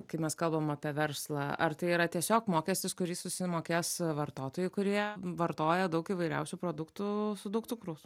kai mes kalbam apie verslą ar tai yra tiesiog mokestis kurį susimokės vartotojai kurie vartoja daug įvairiausių produktų su daug cukraus